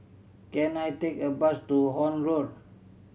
can I take a bus to Horne Road